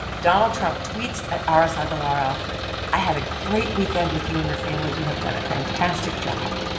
donald trump tweets at aras agalarov i had a great weekend with you and your family. you have done a fantastic job.